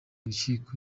urukiko